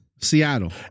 Seattle